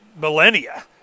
millennia